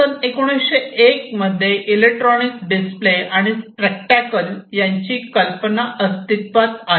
सन 1901 मध्ये electronics display आणि spectacles यांची कल्पना अस्तित्वात आली